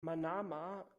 manama